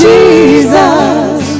Jesus